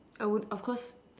I would of course